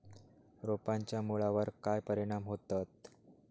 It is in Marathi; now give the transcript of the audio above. रोपांच्या मुळावर काय परिणाम होतत?